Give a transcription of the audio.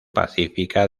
pacífica